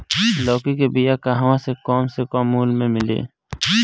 लौकी के बिया कहवा से कम से कम मूल्य मे मिली?